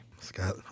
Scott